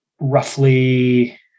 roughly